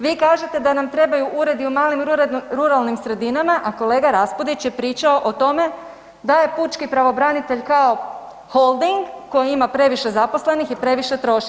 Vi kažete da nam trebaju uredi u malim ruralnim sredinama, a kolega Raspudić je pričao o tome da je pučki pravobranitelj kao holding koji ima previše zaposlenih i previše troši.